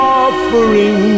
offering